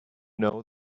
know